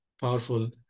powerful